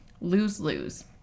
Lose-lose